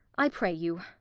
i pray you,